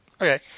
Okay